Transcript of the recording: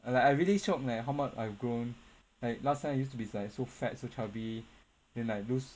and like I really shocked leh how much I've grown like last time I used to be like so fat so chubby then like those